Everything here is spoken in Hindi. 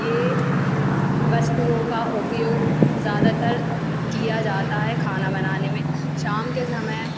ये वस्तुओं का उपयोग ज़्यादातर किया जाता है खाना बनाने में शाम के समय